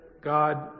God